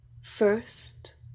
First